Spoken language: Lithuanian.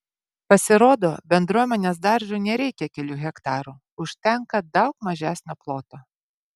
pasirodo bendruomenės daržui nereikia kelių hektarų užtenka daug mažesnio ploto